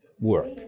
work